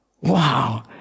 wow